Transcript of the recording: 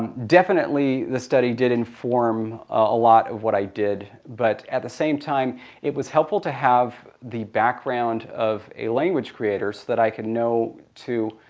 definitely the study did inform a lot of what i did but at the same time it was helpful to have the background of a language creator so that i could know to,